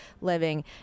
living